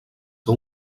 que